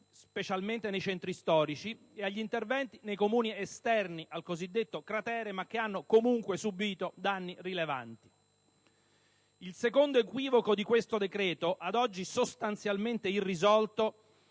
specialmente nei centri storici e agli interventi nei Comuni esterni al cosiddetto cratere, ma che hanno comunque subito danni rilevanti. Il secondo equivoco di questo decreto, ad oggi sostanzialmente irrisolto,